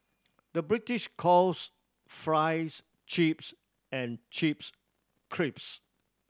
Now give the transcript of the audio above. the British calls fries chips and chips crisps